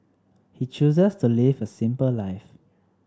he chooses to live a simple life